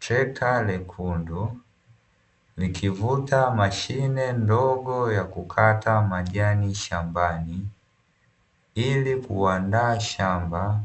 Trekta lekundu likivuta mashine ndogo ya kukata majani shambani, ili kuandaa shamba